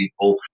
people